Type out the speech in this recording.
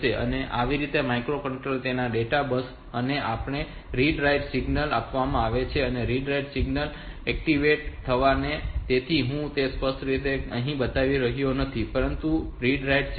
તેથી આ માઈક્રોપ્રોસેસર ની ડેટા બસ છે અને આપણે રીડ રાઈટ સિગ્નલ આપવાના છે અને રીડ રાઈટ સિગ્નલ એક્ટીવેટ થવાના છે તેથી હું તેને સ્પષ્ટ રીતે અહીં બતાવી રહ્યો નથી પરંતુ તે રીડ રાઈટ સિગ્નલ હશે